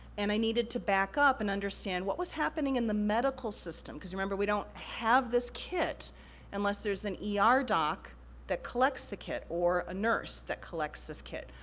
and i needed to back up and understand, what was happening in the medical system? cause you remember, we don't have this kit unless there's an yeah ah er doc that collects the kit, or a nurse that collects this kit.